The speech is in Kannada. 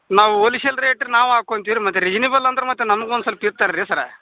ನಾವು ಓಲಿಶಲ್ ರೇಟ್ ನಾವು ಹಾಕೊಳ್ತೀವ್ ಮತ್ತು ರಿಜಿನಿಬಲ್ ಅಂದ್ರ ಮತ್ತೆ ನಮಗೂ ಒಂದು ಸೊಲ್ಪ ಇರ್ತದ ರೀ ಸರ್